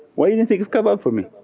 why you didn't think of kebab for me?